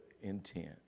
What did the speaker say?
intent